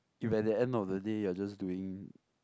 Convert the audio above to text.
if at the end of the day you're just doing